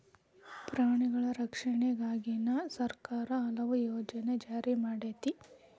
ಪ್ರಾಣಿಗಳ ರಕ್ಷಣೆಗಾಗಿನ ಸರ್ಕಾರಾ ಹಲವು ಯೋಜನೆ ಜಾರಿ ಮಾಡೆತಿ